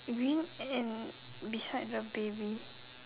green and beside the baby